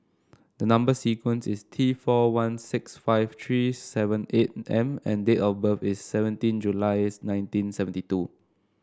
the number sequence is T four one six five three seven eight M and date of birth is seventeen nineteen seventy two